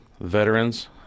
veterans